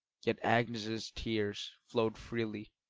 yet agnes's tears flowed freely,